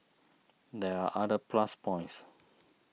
there are other plus points